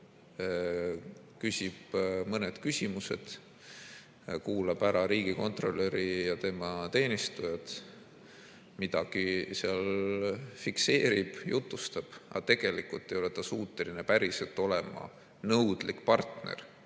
küsib mõned küsimused, kuulab ära riigikontrolöri ja tema teenistujad, midagi seal fikseerib, jutustab, aga tegelikult ei ole ta suuteline päriselt olema nõudlik partner